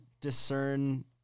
discern